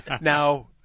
Now